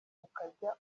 ukajya